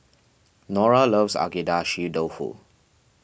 Nora loves Agedashi Dofu